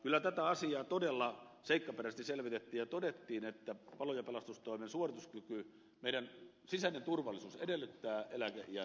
kyllä tätä asiaa todella seikkaperäisesti selvitettiin ja todettiin että palo ja pelastustoimen suorituskyky meidän sisäinen turvallisuutemme edellyttää eläkeiän alentamisratkaisuja